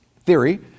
theory